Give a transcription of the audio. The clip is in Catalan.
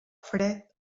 fred